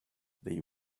they